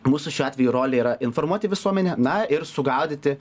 mūsų šiuo atveju rolė yra informuoti visuomenę na ir sugaudyti